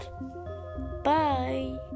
Bye